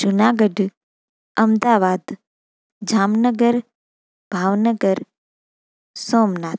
Junagadh Ahmedabad Jamnagar Bhavnagar Somnath